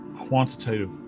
quantitative